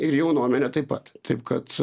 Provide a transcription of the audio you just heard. ir jaunuomenė taip pat taip kad